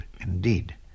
indeed